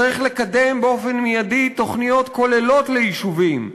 צריך לקדם באופן מיידי תוכניות כוללות ליישובים,